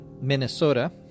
Minnesota